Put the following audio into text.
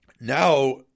now